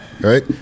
right